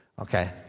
okay